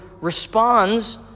responds